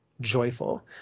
joyful